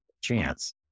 chance